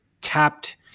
tapped